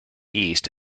east